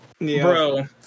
Bro